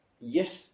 Yes